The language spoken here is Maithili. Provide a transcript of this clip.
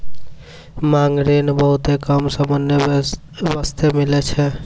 मांग ऋण बहुते कम समय बास्ते मिलै छै